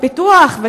של פיתוח,